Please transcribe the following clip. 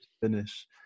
finish